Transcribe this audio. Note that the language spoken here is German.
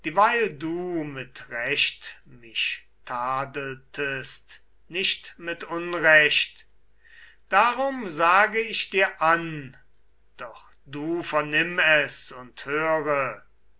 dieweil du mit recht mich tadeltest nicht mit unrecht darum sag ich dir an doch du vernimm es und höre